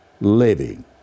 living